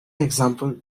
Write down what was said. example